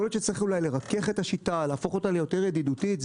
יכול להיות שצריך אולי לרכך את השיטה ולהפוך אותה ליותר ידידותית.